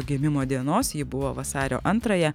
gimimo dienos ji buvo vasario antrąją